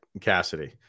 Cassidy